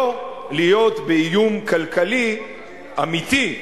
לא להיות באיום כלכלי אמיתי,